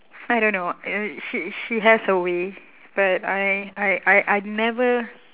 I don't know uh she she has her way but I I I I never